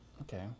Okay